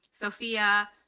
Sophia